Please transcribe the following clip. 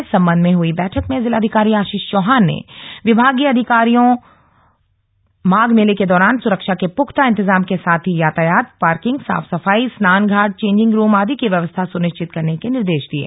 इस संबंध में हुई बैठक में जिलाधिकारी आशीष चौहान ने विभागीय अधिकारियों माघ मेले के दौरान सुरक्षा के पुख्ता इंतजाम के साथ ही यातायात पार्किंग साफ सफाई स्नान घाट चेंजिंग रूम आदि की व्यवस्था सुनिश्चित करने के निर्देश दिये